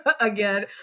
again